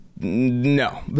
no